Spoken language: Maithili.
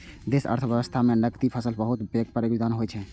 देशक अर्थव्यवस्था मे नकदी फसलक बड़ पैघ योगदान होइ छै